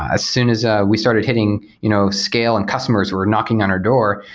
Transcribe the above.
as soon as ah we started hitting, you know scale and customers were knocking on our door.